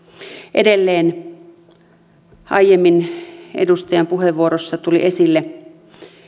edelleen aiemmin edustajan puheenvuorossa tuli esille